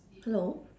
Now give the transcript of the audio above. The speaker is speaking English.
hello